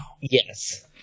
Yes